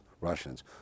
Russians